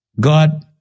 God